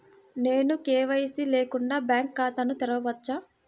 నేను కే.వై.సి లేకుండా బ్యాంక్ ఖాతాను తెరవవచ్చా?